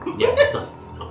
Yes